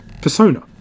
Persona